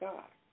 God